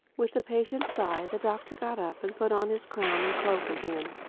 with a patient sigh the doctor got up and put on his crown and cloak again.